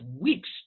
weeks